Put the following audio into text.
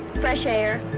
fresh air,